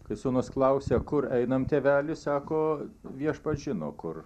kai sūnus klausia kur einam tėvelis sako viešpats žino kur